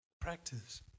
practice